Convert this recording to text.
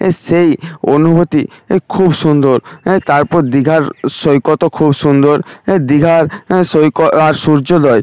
এ সেই অনুভূতি খুব সুন্দর তারপর দীঘার সৈকতও খুব সুন্দর দীঘার সৈকত আর সূর্যোদয়